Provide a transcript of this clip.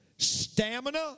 Stamina